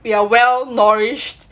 you are well nourished